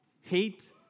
hate